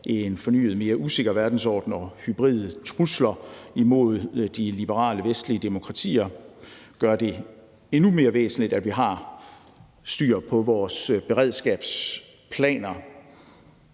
en ny og mere usikker verdensorden og hybride trusler imod de liberale vestlige demokratier gør det endnu mere væsentligt, at vi har styr på vores beredskabsplaner.